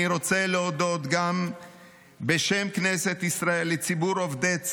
אני רוצה גם להודות בשם כנסת ישראל לציבור עובדי צה"ל,